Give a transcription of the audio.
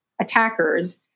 attackers